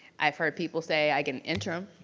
i've heard people say, i get an interim.